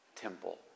temple